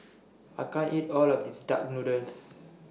I can't eat All of This Duck Noodles